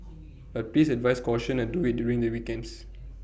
but please advise caution and do IT during the weekends